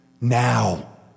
Now